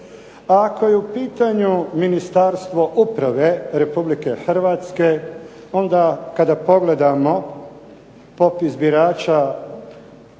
ako je u pitanju Ministarstvo uprave Republike Hrvatske onda kada pogledamo popis birača